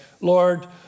Lord